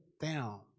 down